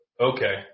okay